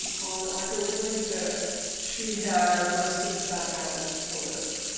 on october twenty five, she had less than seven hours to live.